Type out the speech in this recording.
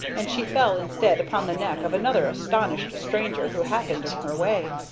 and she fell instead upon the neck of another astonished stranger who happened in her way,